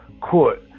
court